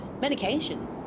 medication